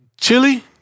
Chili